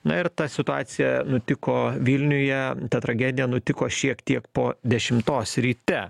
na ir ta situacija nutiko vilniuje ta tragedija nutiko šiek tiek po dešimtos ryte